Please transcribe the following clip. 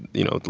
you know,